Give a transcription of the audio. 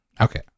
Okay